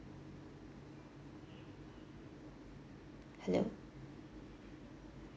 hello